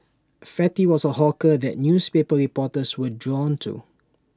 fatty was A hawker that newspaper reporters were drawn to